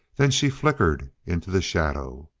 then she flickered into the shadow.